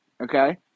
Okay